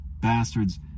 bastards